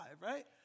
right